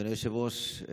אדוני היושב-ראש,